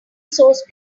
source